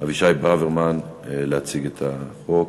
אבישי ברוורמן, להציג את החוק.